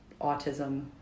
autism